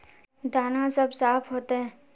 दाना सब साफ होते?